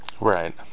Right